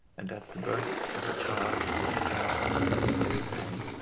and at the birth of a child or a star there is pain.